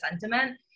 sentiment